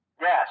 Yes